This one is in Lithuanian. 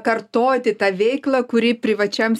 kartoti tą veiklą kuri privačiam